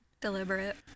deliberate